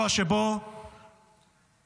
רק